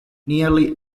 nearly